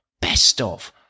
Best-of